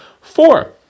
four